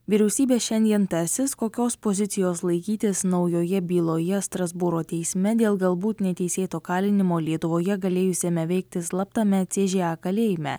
vyriausybė šiandien tasis kokios pozicijos laikytis naujoje byloje strasbūro teisme dėl galbūt neteisėto kalinimo lietuvoje galėjusiame veikti slaptame ce žė a kalėjime